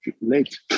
late